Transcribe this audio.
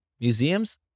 museums